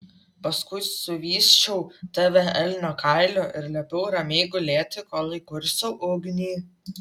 paskui suvysčiau tave elnio kailiu ir liepiau ramiai gulėti kol įkursiu ugnį